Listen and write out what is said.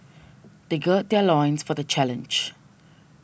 they gird their loins for the challenge